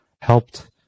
helped